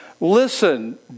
listen